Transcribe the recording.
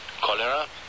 Cholera